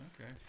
Okay